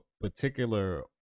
particular